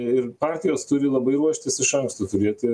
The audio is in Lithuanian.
ir partijos turi labai ruoštis iš anksto turėti